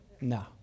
No